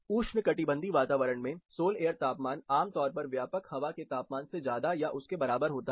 उष्णकटिबंधी वातावरण में sol air तापमान आमतौर पर व्यापक हवा के तापमान से ज्यादा या उसके बराबर होता है